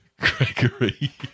Gregory